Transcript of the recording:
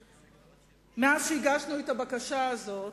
מאז הגשנו את הבקשה הזאת,